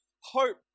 hope